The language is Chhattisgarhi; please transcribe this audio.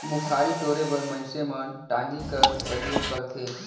मुखारी टोरे बर मइनसे मन टागी कर परियोग करथे